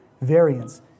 variance